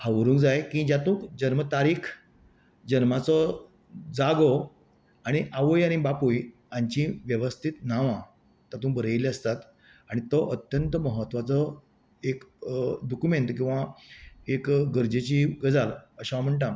हावरूंक जाय की जातूंक जन्मतारीक जन्माचो जागो आनी आवय आनी बापूय हांची वेवस्थीत नावां तातूंत बरयल्ली आसतात आणी तो अत्यंत म्हत्वाचो डाॅकूमेंट किंवां एक गरजेचीं गजाल अशें हांव म्हणटा